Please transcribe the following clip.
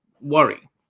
worry